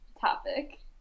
topic